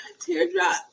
teardrop